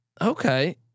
Okay